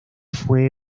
fue